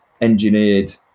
engineered